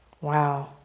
Wow